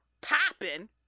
popping